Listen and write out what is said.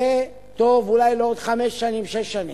זה טוב אולי לעוד חמש שנים, שש שנים.